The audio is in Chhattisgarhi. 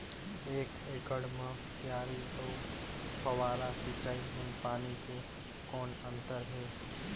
एक एकड़ म क्यारी अउ फव्वारा सिंचाई मे पानी के कौन अंतर हे?